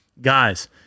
Guys